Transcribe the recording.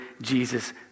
Jesus